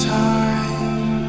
time